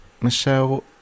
Michelle